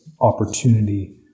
Opportunity